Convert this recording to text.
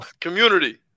community